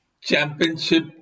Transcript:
championship